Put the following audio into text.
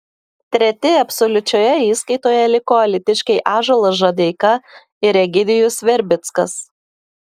treti absoliučioje įskaitoje liko alytiškiai ąžuolas žadeika ir egidijus verbickas